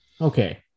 Okay